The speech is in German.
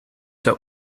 der